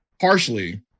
partially